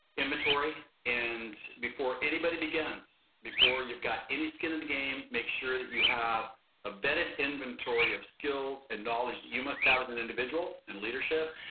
inventory. and before anybody begins, before you've got any skin in the game, make sure that you have a vetted inventory of skills and knowledge that you must have as an individual in leadership.